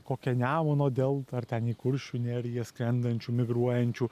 kokią nemuno deltą ar ten į kuršių neriją skrendančių migruojančių